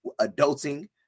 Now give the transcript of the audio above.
adulting